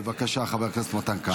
בבקשה, חבר הכנסת מתן כהנא.